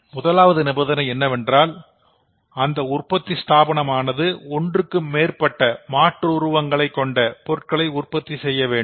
முதலாவது நிபந்தனை என்னவென்றால் அந்த உற்பத்தி ஸ்தாபனம் ஆனது ஒன்றுக்கு மேற்பட்ட மாற்றுருவ பொருள்களை உற்பத்தி செய்ய வேண்டும்